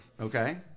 Okay